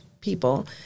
people